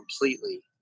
completely